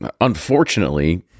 Unfortunately